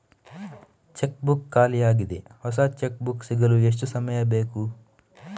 Check book ಖಾಲಿ ಯಾಗಿದೆ, ಹೊಸ ಚೆಕ್ ಬುಕ್ ಸಿಗಲು ಎಷ್ಟು ಸಮಯ ಬೇಕು?